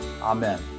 Amen